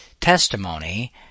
testimony